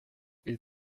est